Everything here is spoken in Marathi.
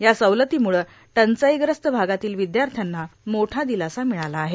या सवलतीमुळे टंचाईग्रस्त भागातील विद्यार्थ्यांना मोठा दिलासा मिळाला आहे